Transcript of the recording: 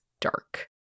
dark